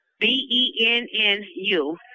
B-E-N-N-U